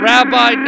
Rabbi